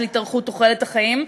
התארכות תוחלת החיים,